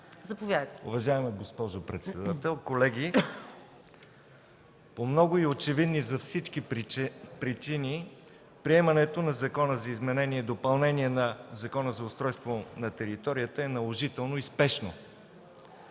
Уважаема госпожо председател, колеги! По много и очевидни за всички причини приемането на Закона за изменение и допълнение на Закона за устройство на територията е наложително и спешно.